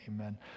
Amen